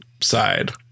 side